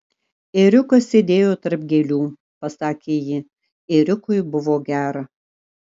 ėriukas sėdėjo tarp gėlių pasakė ji ėriukui buvo gera